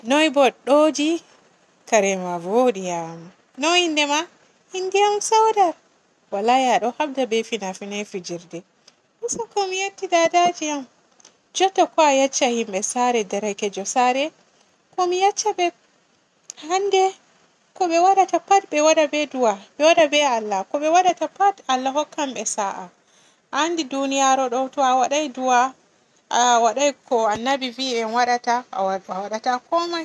Noy bodɗo ji? Kare ma voodi am. Noy innde ma? Innde am sauda. Wallahi a habda be fina finay fijirde. Usoko mi yetti Dadaji am. Jotta ko a yecca himɓe saare, derkejo saare? Ko mi yecca be hannde, ko be waadata pat be waada be du'a bw waada be Allah, ko be waadata pat Allah hokkan be sa'a, a anndi duniyaru ɗo to a waaday du'a, a waaday ko annabi vi en waadata a-a waadata komao.